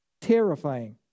Terrifying